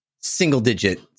single-digit